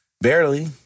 barely